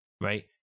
right